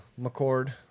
McCord